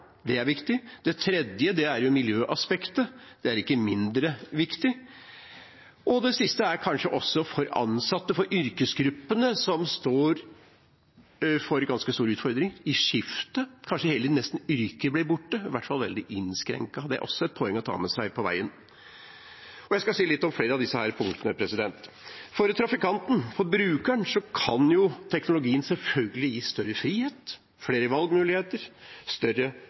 det er viktig. Det tredje er miljøaspektet – det er ikke mindre viktig. Det siste er de ansatte og yrkesgruppene, som står foran ganske store utfordringer i forbindelse med dette skiftet. Kanskje kan hele yrker bli borte, i hvert fall veldig innskrenket. Det er også et poeng å ta med seg på veien. Jeg skal si litt om flere av disse punktene. For trafikanten – brukeren – kan teknologien selvfølgelig gi større frihet, flere valgmuligheter og større